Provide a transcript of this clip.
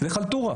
זו חלטורה.